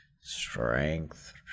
strength